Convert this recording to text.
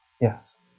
Yes